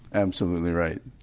absolutely right.